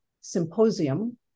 symposium